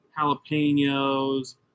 jalapenos